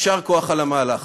יישר כוח על המהלך.